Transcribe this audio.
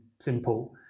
simple